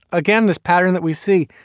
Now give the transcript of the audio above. again, this pattern that we see,